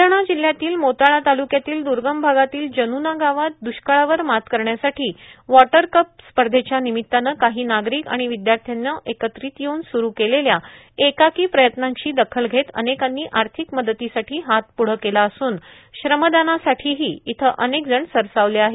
ब्लढाणा जिल्हयातील मोताळा तालुक्यातील दुर्गम भागातील जनुना गावात दुष्काळावर मात करण्यासाठी वॉटर कप स्पर्धेच्या निमित्ताने काही नागरिक आणि विद्यार्थ्याने एकत्रीत येऊन सुरू केलेल्या एकाकी प्रयत्नांची दखल घेत अनेकांनी आर्थिक मदतीसाठी हात प्ढे केला असून श्रमदानासाठीही इथं अनेक जण सरसावले आहेत